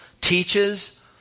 teaches